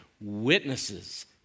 witnesses